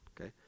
Okay